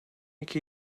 iki